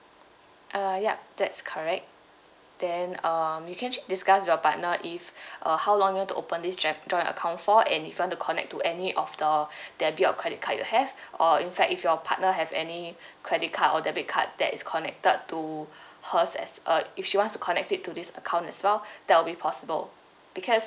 uh ya that's correct then um you can actually discuss with your partner if uh how long you want to open this j~ joint account for and if you want to connect to any of the debit or credit card you have or in fact if your partner have any credit card or debit card that is connected to hers as uh if she wants to connect it to this account as well that will be possible because